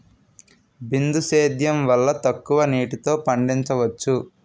బిందు సేద్యం వల్ల తక్కువ నీటితో పండించవచ్చు